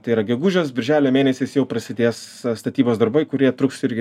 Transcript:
tai yra gegužės birželio mėnesiais jau prasidės statybos darbai kurie truks irgi